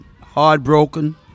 heartbroken